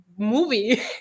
movie